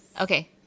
okay